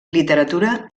literatura